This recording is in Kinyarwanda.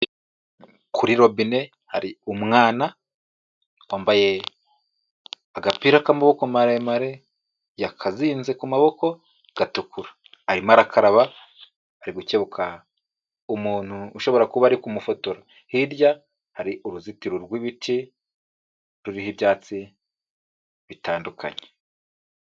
Kuri robine hari umwana wambaye agapira k'amaboko maremare yakazinze ku maboko gatukura, arimo arakaraba ari gukebuka umuntu ushobora kuba ari kumufotora, hirya hari uruzitiro rw'ibiti ruriho ibyatsi bitandukanye.